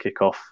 kickoff